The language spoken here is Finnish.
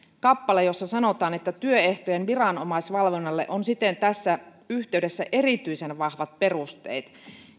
kappale jossa sanotaan että työehtojen viranomaisvalvonnalle on siten tässä yhteydessä erityisen vahvat perusteet